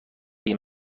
این